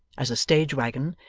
as a stage-waggon,